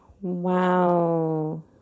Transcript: Wow